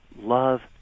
love